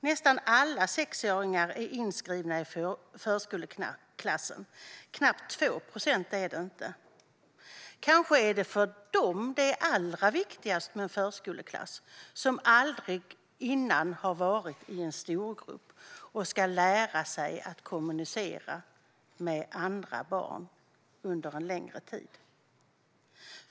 Nästan alla sexåringar är inskrivna i förskoleklass; knappt 2 procent är det inte. Kanske är det för dem det är allra viktigast med förskoleklass - de som aldrig tidigare har varit i en storgrupp och ska lära sig att kommunicera med andra barn under en längre tid.